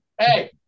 Hey